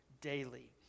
daily